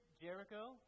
Jericho